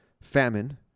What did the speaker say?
famine